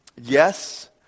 Yes